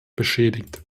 beschädigt